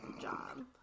job